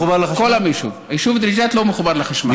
כל היישוב לא מחובר לחשמל?